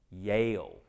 Yale